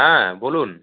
হ্যাঁ বলুন